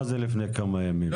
מה זה לפני כמה ימים?